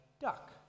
duck